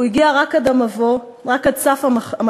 הוא הגיע רק עד המבוא, רק עד סף המלכות,